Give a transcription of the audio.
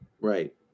Right